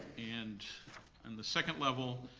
and and the second level,